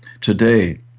today